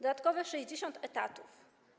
Dodatkowe 60 etatów.